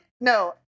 no